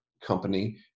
company